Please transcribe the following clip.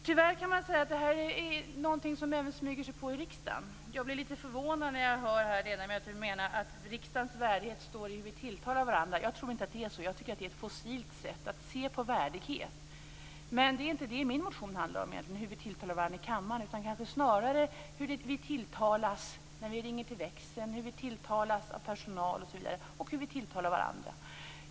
Tyvärr är detta något som även smyger sig på oss här i riksdagen. Jag blir lite förvånad när jag här hör ledamöter mena att riksdagens värdighet består i hur vi tilltalar varandra. Jag tycker inte att det är så. Jag tycker att det är ett fossilt sätt att se på värdighet. Men min motion handlar egentligen inte om hur vi tilltalar varandra i kammaren utan snarare om hur vi tilltalas när vi ringer till växeln, hur vi tilltalas av personal och hur vi tilltalar varandra.